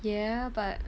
ya but